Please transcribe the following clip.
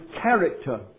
character